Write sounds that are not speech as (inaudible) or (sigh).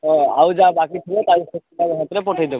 ହଁ ଆଉ ଯାହା ବାକି ଥିବ (unintelligible) ପିଲାଙ୍କ ହାତରେ ପଠାଇ ଦେବ